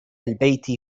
البيت